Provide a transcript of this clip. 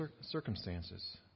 circumstances